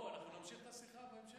לא, אנחנו נמשיך את השיחה בהמשך.